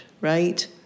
right